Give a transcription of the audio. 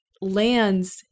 lands